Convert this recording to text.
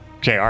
JR